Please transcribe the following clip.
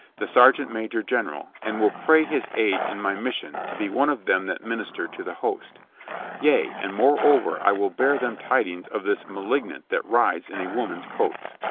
the sergeant major general, and will pray his aid in my mission to be one of them that minister to the host yea, and moreover, i will bear them tidings of this malignant that rides in a woman's coats.